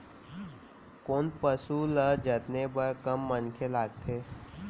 कोन पसु ल जतने बर कम मनखे लागथे?